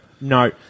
no